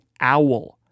owl